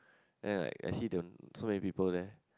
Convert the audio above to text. then like actually there were so many people there